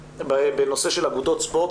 בנושא של אגודות ספורט,